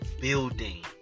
building